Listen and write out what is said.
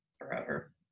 Forever